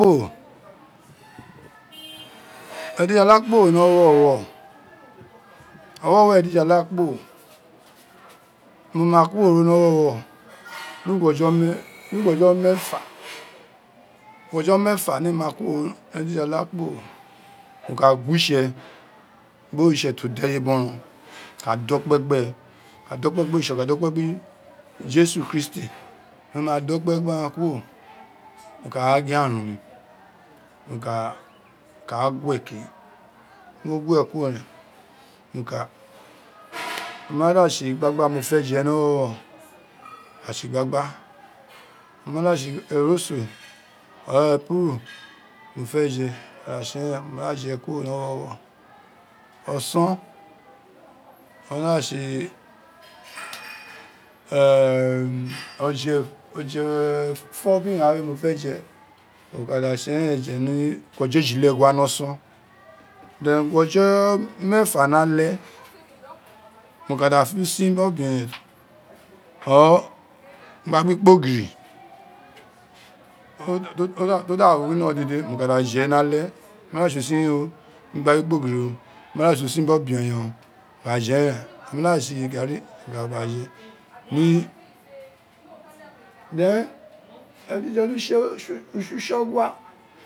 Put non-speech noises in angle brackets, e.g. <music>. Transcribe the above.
Kporo ojijala kporo <noise> ni owọwọ owọwọ ojijala kporo mọ ma kworo ni owowo ni ughojo mééfa ughọjọ mééfani mo ma kuorọ mo ka tse gboritse to deye to doran mo ke dokpe gbe mo ka dokpe gbo ntse, mo ka dokpe gba jesu duristi mo ma dokpe gbe aghan kuro mọ ka ra gwe arun uni mọ ka ra gwe ke biri mọ gwe kuro ren mọ ka <noise> o ma da tse igbagba mo fé ge ni ọwọwọ mo ka ala se ighgba oma da tre eroso or epuru mo fe je mo ka da tse ya. ma je kuro ni ọwọwọ ọsọn o ma da tse ọjọ ọfọ biri urun ghan mó fé jé mọ ka da tse eren ni ughọjọ ejilegue ni ọsọn then hgho jo mééji ni ale mó ka da fé usin biri ọbeeyen gbagba- ikpogin to da wino dede mó ka da jé ni ale, o ma da tse usin biri igbagba kpo gin o, o ma da tse usin bin obe- eyen o mo ka da je eren <noise> o ma da tse iyarri mó kà da je then ojijala- utse- utsọgua.